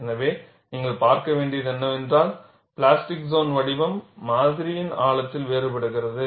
எனவே நீங்கள் பார்க்க வேண்டியது என்னவென்றால் பிளாஸ்டிக் சோன் வடிவம் மாதிரியின் ஆழத்தில் வேறுபடுகிறது